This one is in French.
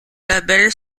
label